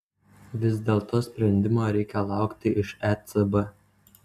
vis dėlto sprendimo reikia laukti iš ecb